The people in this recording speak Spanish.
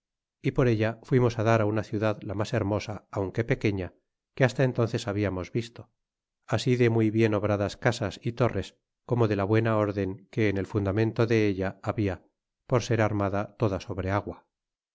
p or ella fuimos á dará una c mlad la mas hermosa aunque pequeña que hasta entnces hab amos visto así de muy bien obradas casas y lora res como de la buena orden que en el fundamento de ella halaja por ser armada toda sobre agua